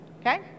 okay